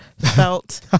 felt